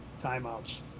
timeouts